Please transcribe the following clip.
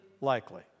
likely